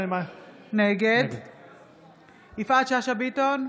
נגד יפעת שאשא ביטון,